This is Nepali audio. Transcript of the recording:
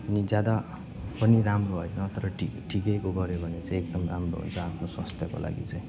अनि ज्यादा पनि राम्रो होइन तर ठिक ठिकैको गऱ्यो भने चाहिँ एकदम राम्रो हुन्छ आफ्नो स्वास्थ्यको लागि चाहिँ